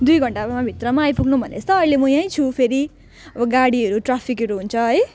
दुई घन्टामा भित्रमा आइपुग्नु भनेछ त अहिले म यहीँ छु फेरि गाडीहरू ट्राफिकहरू हुन्छ है